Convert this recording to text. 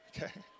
Okay